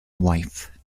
wife